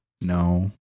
No